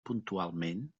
puntualment